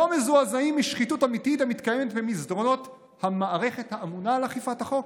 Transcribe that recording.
מזועזעים משחיתות אמיתית המתקיימת במסדרונות המערכת האמונה על אכיפת החוק?